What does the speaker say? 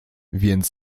więc